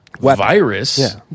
Virus